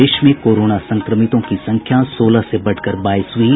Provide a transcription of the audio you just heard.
प्रदेश में कोरोना संक्रमितों की संख्या सोलह से बढ़कर बाईस हयी